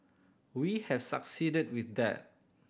we have succeeded with that